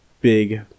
big